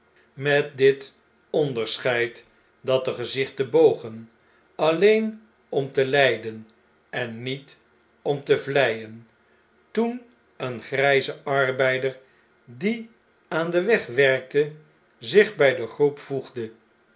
met dit onderscheid dat de gezichten bogen alleen om te ljden en niet om te vleien toen een grfjze arbeider die aan den weg werkte zich bjj de groep voegde